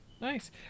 nice